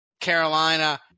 Carolina